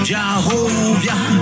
Jehovah